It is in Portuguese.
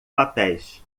papéis